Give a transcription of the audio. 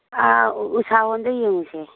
ꯎꯁꯥ ꯍꯣꯜꯗ ꯌꯦꯡꯉꯨꯁꯦ